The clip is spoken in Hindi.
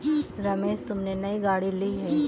रमेश तुमने नई गाड़ी ली हैं